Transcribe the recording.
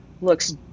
looks